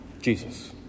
Jesus